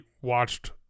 watched